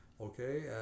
okay